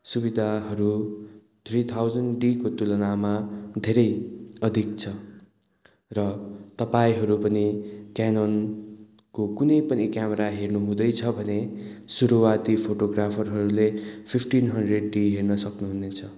सुविधाहरू three thousand डीको तुलनामा धेरै अधिक छ र तपाईँहरू पनि केनोनको कुनै पनि क्यामेरा हेर्नुहुँदैछ भने सुरुवाती फोटोग्राफरहरूले फिफ्टिन हन्ड्रेड डी हेर्न सक्नुहुनेछ